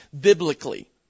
biblically